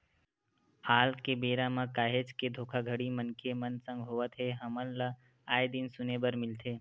आल के बेरा म काहेच के धोखाघड़ी मनखे मन संग होवत हे हमन ल आय दिन सुने बर मिलथे